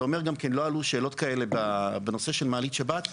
אתה אומר שלא עלו שאלות כאלה בנושא של מעלית שבת.